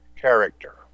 character